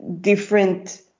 different